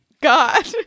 God